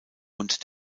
und